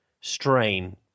strain